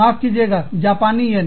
माफ कीजिएगा जापानी येन